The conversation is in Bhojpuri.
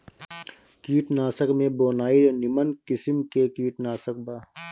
कीटनाशक में बोनाइड निमन किसिम के कीटनाशक बा